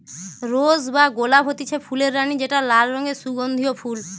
rose বা গোলাপ হতিছে ফুলের রানী যেটা লাল রঙের সুগন্ধিও ফুল